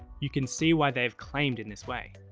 you can see why they have claimed in this way.